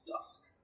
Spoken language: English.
dusk